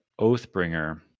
Oathbringer